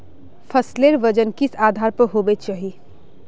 फसलेर वजन किस आधार पर होबे चही?